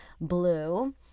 blue